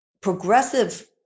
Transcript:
progressive